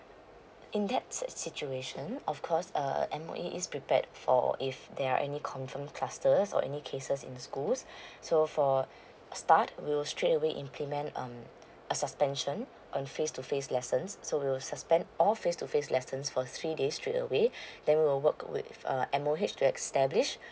in that sit~ situation of course M_O_E is prepared for if there are any confirmed clusters or any cases in schools so for start we will straight away implement um a suspension on face to face lessons so we will suspend all face to face lessons for three days straight away then we will work with M_O_H to establish